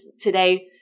today